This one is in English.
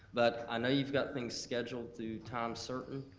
but i know you've got things scheduled through times certain,